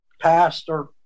pastor